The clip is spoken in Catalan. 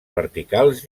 verticals